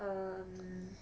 um